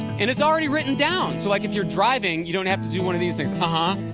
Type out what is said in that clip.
and it's already written down so, like, if you're driving, you don't have to do one of these things, ah huh,